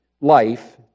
life